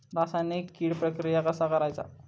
रासायनिक कीड प्रक्रिया कसा करायचा?